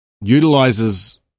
utilizes